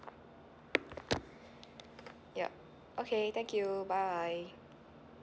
yup okay thank you bye